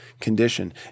condition